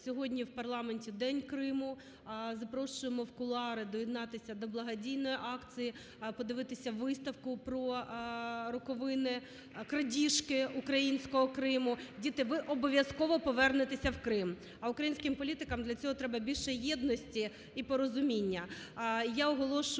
сьогодні в парламенті День Криму. Запрошуємо в кулуари доєднатися до благодійної акції, подивитися виставку про роковини крадіжки українського Криму. Діти, ви обов'язково повернетеся в Крим. А українським політикам для цього треба більше єдності і порозуміння.